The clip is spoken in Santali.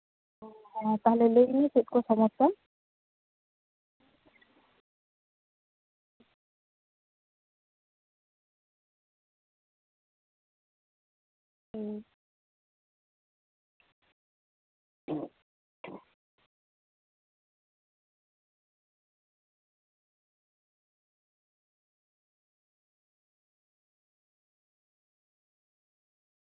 ᱦᱮᱸ ᱛᱟᱞᱦᱮ ᱞᱟᱹᱭ ᱢᱮ ᱪᱮᱫ ᱠᱚ ᱥᱚᱢᱚᱥᱥᱟ ᱦᱩᱸ